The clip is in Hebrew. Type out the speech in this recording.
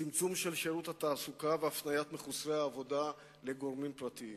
צמצום שירות התעסוקה והפניית מחוסרי העבודה לגורמים פרטיים.